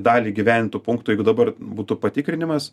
dalį įgyvendintų punktų jeigu dabar būtų patikrinimas